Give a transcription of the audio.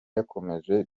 yakomeje